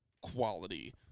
quality